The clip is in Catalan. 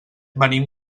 venim